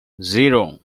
zero